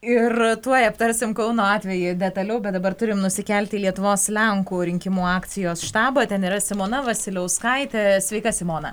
ir tuoj aptarsim kauno atvejį detaliau bet dabar turime nusikelti į lietuvos lenkų rinkimų akcijos štabą ten yra simona vasiliauskaitė sveika simona